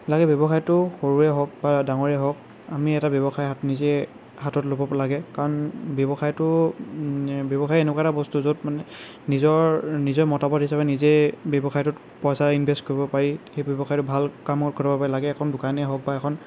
লাগে ব্যৱসায়টো সৰুেৱেই হওক বা ডাঙৰেই হওক আমি এটা ব্যৱসায় হাত নিজে হাতত ল'ব লাগে কাৰণ ব্যৱসায়টো ব্যৱসায় এনেকুৱা এটা বস্তু য'ত মানে নিজৰ নিজে মতামত হিচাপে নিজেই ব্যৱসায়টোত পইচা ইনভেষ্ট কৰিব পাৰি সেই ব্যৱসায়টো ভাল কামত খটুৱাব পাৰি লাগে এখন দোকানেই হওক বা এখন